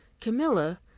camilla